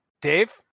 Dave